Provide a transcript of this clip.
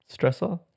stressor